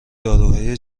داروهای